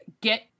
Get